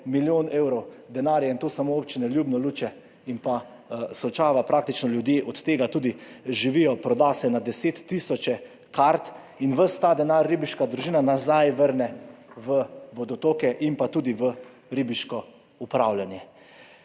milijon evrov denarja, in to samo občine Ljubno, Luče in Solčava. Ljudje od tega tudi živijo, proda se na desettisoče kart in ves ta denar ribiška družina vrne v vodotoke in tudi v ribiško upravljanje.